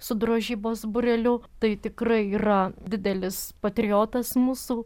su drožybos būreliu tai tikrai yra didelis patriotas mūsų